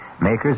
makers